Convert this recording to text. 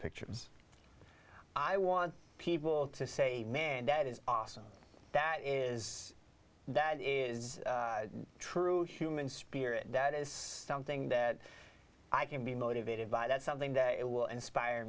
pictures i want people to say that is awesome that is that is true human spirit that is something that i can be motivated by that something that it will inspire